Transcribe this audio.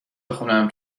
بخونم